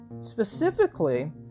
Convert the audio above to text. Specifically